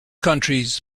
countries